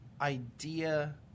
idea